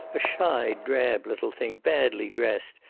a shy, drab little thing, badly dressed,